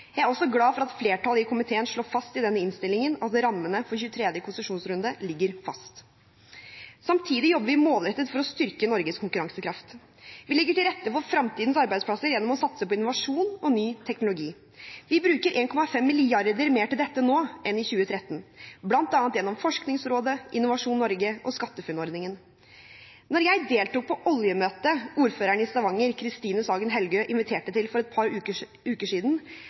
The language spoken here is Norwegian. Jeg er også glad for at flertallet i komiteen slår fast i denne innstillingen at rammene for 23. konsesjonsrunde ligger fast. Samtidig jobber vi målrettet for å styrke Norges konkurransekraft. Vi legger til rette for fremtidens arbeidsplasser gjennom å satse på innovasjon og ny teknologi. Vi bruker 1,5 mrd. kr mer til dette nå enn i 2013, bl.a. gjennom Forskningsrådet, Innovasjon Norge og SkatteFUNN-ordningen. Da jeg deltok på oljemøtet ordføreren i Stavanger, Christine Sagen Helgø, inviterte til for et par uker siden,